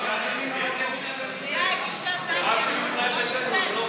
סיעת ימינה לא פה, זה רק של ישראל ביתנו.